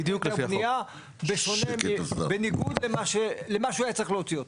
בניה בניגוד למה שהוא צריך להוציא אותו.